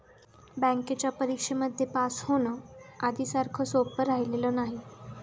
बँकेच्या परीक्षेमध्ये पास होण, आधी सारखं सोपं राहिलेलं नाही